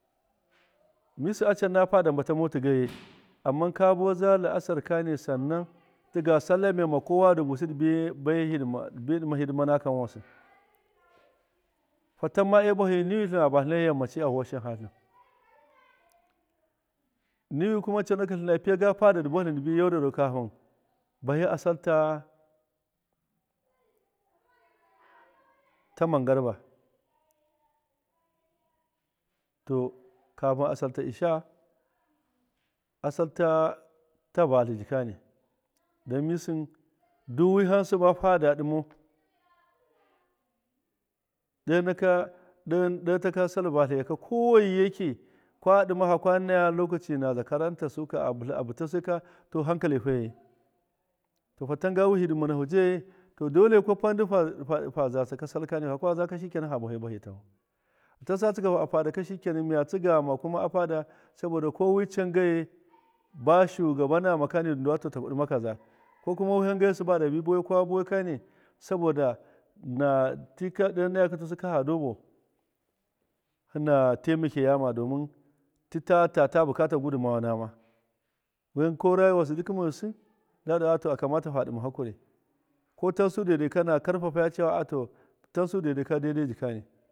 Mistin a can na fada bamau gaiyi amma kabuwaza laasar kane sannan tiga sallamama kowa di busi ndidi bai hidima dibi dima hidima na kanwasu fatan ma ee bahiya nwi tlins batlin niwi kuma coonaki dibuwa tlin ndibi yaudarou kafin bahia salta manga riba to kafin asai ta isha asal ta vutligi kani don misin du wiham fada dimau do taka do dotatka sal vatlaiyaka kowaiyaki kwadima haka naya lokaci naza karantasuka abula a butasai ka to han kifaayi to satan gawi hidima na negi to dole kwafa ndi faa sal takani faka zaka fu shikanan faa bofai bahi tahu fatasa tsiguhu a fadaka shikanan mi tsigama kuma a fada saboda kowi can gaiyi baa shugaba namaka ndu taku dima kazu ko kuma wihan gaiyi ndi ka buwai kani na saboda hina taimakeyama domin tita tata bukata gudumawa nima wan ko raywasu ndi kuma yusi madu aa faa dima hakari tansu dai dai ka na karfe cewa aato tansu dai daika daidai jikani.